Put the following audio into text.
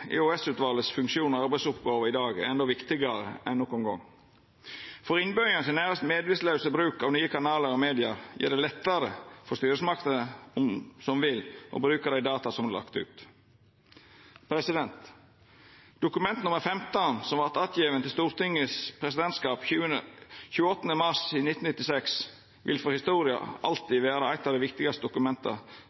funksjon og arbeidsoppgåver er endå viktigare enn nokon gong, for innbyggjarane sin nærmast medvitslause bruk av nye kanalar og medium gjer det lettare for styresmakter som vil, å bruka dei data som er lagde ut. Dokument nr. 15, som vart overlevert til Stortingets presidentskap den 28. mars 1996, vil for historia alltid vera eit av dei viktigaste dokumenta